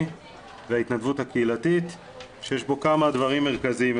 וההתנדבות הקהילתית שיש בו כמה דברים מרכזיים.